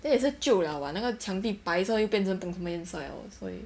then 也是久 liao [what] 那个墙壁白色又变成不懂什么颜色 liao 所以